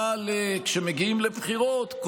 אבל כשמגיעים לבחירות,